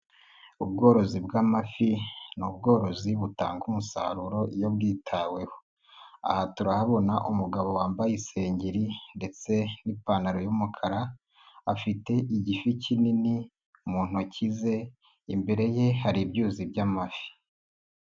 Ubworozi bw'amafi ni ubworozi butanga umusaruro iyo bwitaweho. Aha turahabona umugabo wambaye isengeri ndetse n'ipantaro y'umukara afite igifi kinini mu ntoki ze. Imbere ye hari ibyuzi by'amafi.